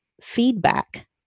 feedback